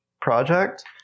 project